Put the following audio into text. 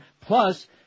plus